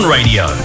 Radio